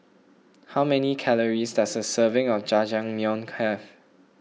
how many Calories does a serving of Jajangmyeon have